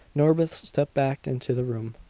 norbith stepped back into the room.